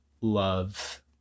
love